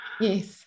Yes